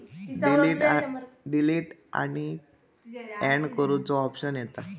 delete आणि and करुचो option येता